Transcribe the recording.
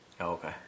Okay